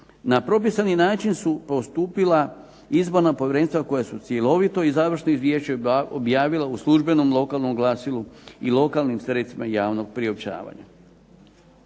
Na propisani način su postupila izborna povjerenstva koja su cjelovito i završno izvješće objavila u službenom lokalnom glasilu i lokalnim sredstvima javnog priopćavanja.